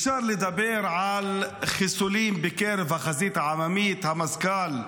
אפשר לדבר על חיסולים בקרב החזית העממית, המזכ"ל,